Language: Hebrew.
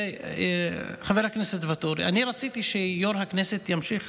חבר הכנסת ואטורי, אני רציתי שיו"ר הכנסת ימשיך